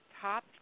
top